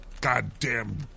goddamn